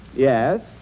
Yes